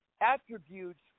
attributes